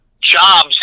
jobs